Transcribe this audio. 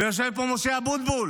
ויושב פה משה אבוטבול,